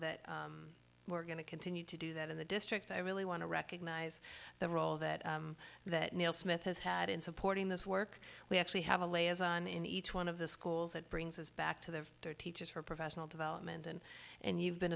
that we're going to continue to do that in the district i really want to recognize the role that that neil smith has had in supporting this work we actually have a layers on in each one of the schools that brings us back to the teachers for professional development and and you've been